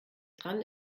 dran